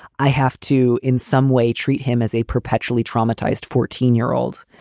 i have to in some way treat him as a perpetually traumatized fourteen year old.